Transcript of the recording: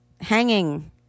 Hanging